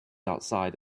outside